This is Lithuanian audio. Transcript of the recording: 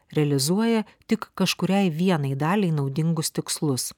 realizuoja tik kažkuriai vienai daliai naudingus tikslus